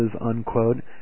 unquote